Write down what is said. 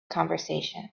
conversation